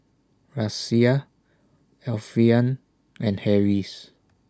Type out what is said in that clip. Raisya Alfian and Harris